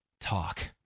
talk